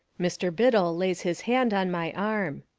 mr. biddle lays his hand on my arm.